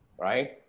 Right